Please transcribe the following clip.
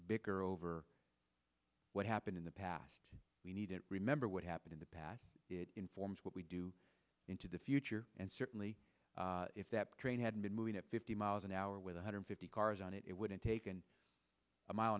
bicker over what happened in the past we need to remember what happened in the past informs what we do into the future and certainly if that train had been moving at fifty miles an hour with one hundred fifty cars on it it wouldn't take and a mile